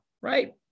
right